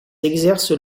exercent